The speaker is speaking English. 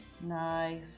Nice